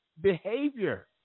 behavior